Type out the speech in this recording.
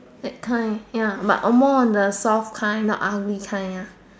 that kind ya but uh more of the soft kind not ugly kind ah